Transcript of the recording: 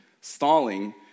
Stalling